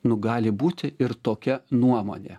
nu gali būti ir tokia nuomonė